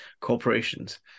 corporations